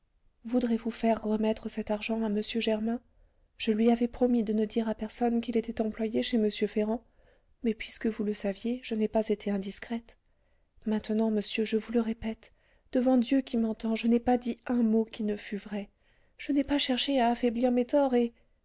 voudrez-vous faire remettre cet argent à m germain je lui avais promis de ne dire à personne qu'il était employé chez m ferrand mais puisque vous le saviez je n'ai pas été indiscrète maintenant monsieur je vous le répète devant dieu qui m'entend je n'ai pas dit un mot qui ne fût vrai je n'ai pas cherché à affaiblir mes torts et